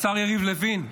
השר יריב לוין,